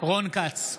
רון כץ,